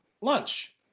lunch